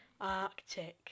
Arctic